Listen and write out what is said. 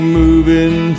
moving